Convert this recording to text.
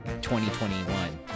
2021